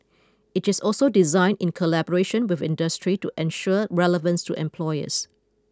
it is also designed in collaboration with industry to ensure relevance to employers